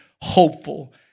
hopeful